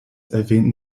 erwähnten